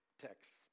texts